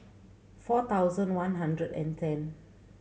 four thousand one hundred and ten